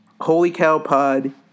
holycowpod